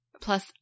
Plus